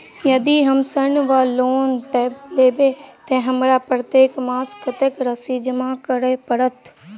यदि हम ऋण वा लोन लेबै तऽ हमरा प्रत्येक मास कत्तेक राशि जमा करऽ पड़त?